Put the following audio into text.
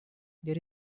there